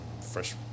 fresh